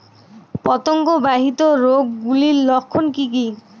পতঙ্গ বাহিত রোগ গুলির লক্ষণ কি কি?